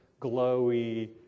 glowy